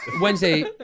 Wednesday